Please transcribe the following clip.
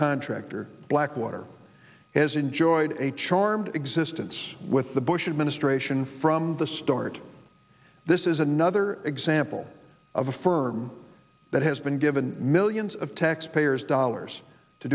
contractor blackwater has enjoyed a charmed existence with the bush administration from the start this is another example of a firm that has been given millions of taxpayers dollars to